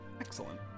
Excellent